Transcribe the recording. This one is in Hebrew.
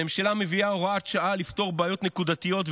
הממשלה מביאה הוראת שעה לפתור בעיות נקודתיות,